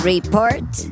Report